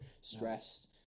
stressed